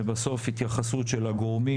ובסוף התייחסות של הגורמים,